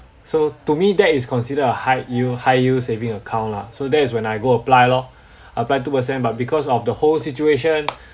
so to me that is considered a high yield high yield saving account lah so that is when I go apply lor apply two percent but because of the whole situation